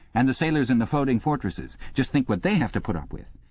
and the sailors in the floating fortresses! just think what they have to put up with.